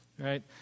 right